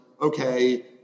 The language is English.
okay